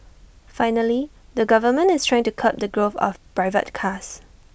finally the government is trying to curb the growth of private cars